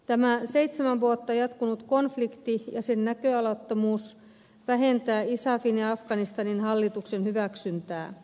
tämä seitsemän vuotta jatkunut konflikti ja sen näköalattomuus vähentää isafin ja afganistanin hallituksen hyväksyntää